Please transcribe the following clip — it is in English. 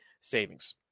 savings